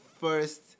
first